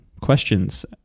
questions